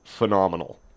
phenomenal